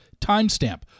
timestamp